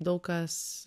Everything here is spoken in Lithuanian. daug kas